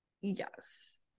Yes